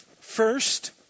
First